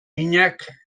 minak